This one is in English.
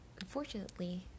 unfortunately